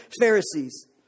Pharisees